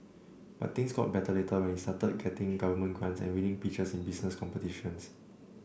but things got better later when he started getting government grants and winning pitches in business competitions